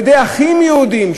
על-ידי אחים יהודים,